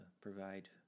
provide